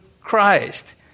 Christ